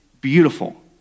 beautiful